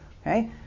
Okay